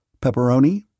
Pepperoni